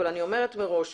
אבל אני אומרת מראש,